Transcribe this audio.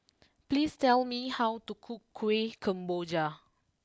please tell me how to cook Kueh Kemboja